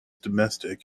domestic